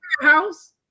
house